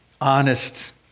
honest